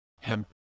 Hemp